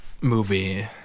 Movie